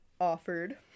offered